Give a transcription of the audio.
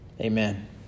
Amen